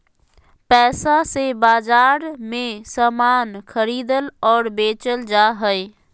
पैसा से बाजार मे समान खरीदल और बेचल जा हय